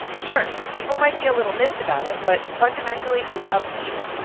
sure, people might be a little miffed about it. but fundamentally, it's up to you